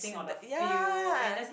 ya